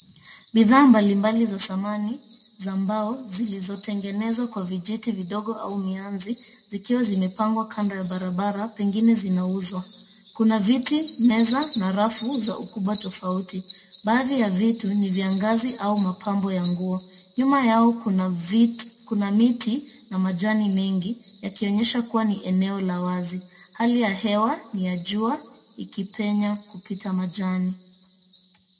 Bidhaa mbalimbali za samani za mbao, zilizotengenezwa kwa vijiti vidogo au mianzi, zikiwa zimepangwa kando ya barabara pengine zinauzwa. Kuna viti, meza na rafu za ukubwa tofauti. Baadhi ya vitu ni vya ngazi au mapambo ya nguo. Nyuma yao kuna miti na majani mengi, yakionyesha kuwa ni eneo la wazi. Hali ya hewa ni ya jua ikipenya kupita majani.